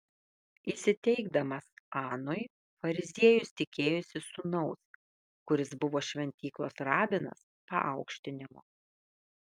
įsiteikdamas anui fariziejus tikėjosi sūnaus kuris buvo šventyklos rabinas paaukštinimo